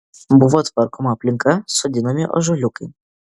buvo tvarkoma aplinka sodinami ąžuoliukai